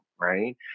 right